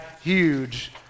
huge